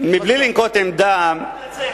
בלי לנקוט עמדה, אני מתנצל,